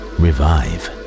revive